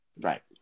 Right